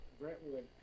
Brentwood